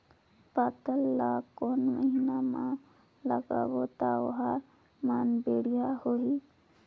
पातल ला कोन महीना मा लगाबो ता ओहार मान बेडिया होही?